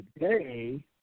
today